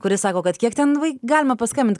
kuri sako kad kiek ten galima paskambint